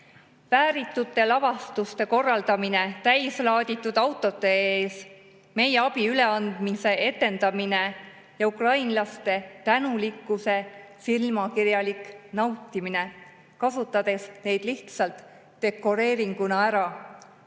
Vääritute lavastuste korraldamine täislaaditud autode ees, meie abi üleandmise etendamine ja ukrainlaste tänulikkuse silmakirjalik nautimine, kasutades neid lihtsalt dekoreeringuna ära.